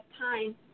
time